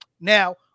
now